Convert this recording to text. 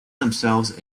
themselves